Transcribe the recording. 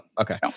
Okay